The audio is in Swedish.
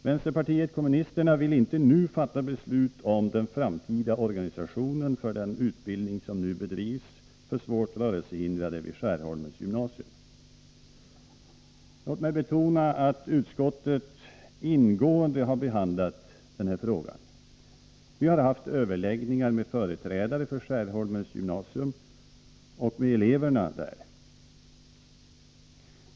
Vänsterpartiet kommunisterna vill inte nu fatta beslut om den framtida organisationen för den utbildning som nu bedrivs för svårt rörelsehindrade vid Skärholmens gymnasium. Låt mig betona att utskottet har behandlat den här frågan ingående. Vi har haft överläggningar med företrädare för Skärholmens gymnasium och eleverna där.